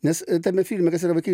nes tame filme kas yra vaikai